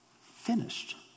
Finished